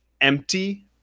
empty